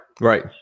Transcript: right